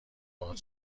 باهات